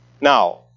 Now